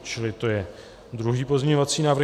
Čili to je druhý pozměňovací návrh.